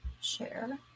Share